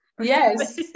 Yes